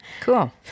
Cool